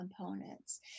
components